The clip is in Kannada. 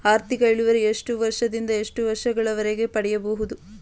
ಆರ್ಥಿಕ ಇಳುವರಿ ಎಷ್ಟು ವರ್ಷ ದಿಂದ ಎಷ್ಟು ವರ್ಷ ಗಳವರೆಗೆ ಪಡೆಯಬಹುದು?